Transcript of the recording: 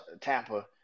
Tampa